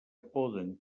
poden